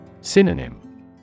Synonym